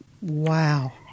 Wow